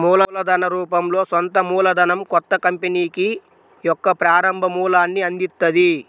మూలధన రూపంలో సొంత మూలధనం కొత్త కంపెనీకి యొక్క ప్రారంభ మూలాన్ని అందిత్తది